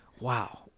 wow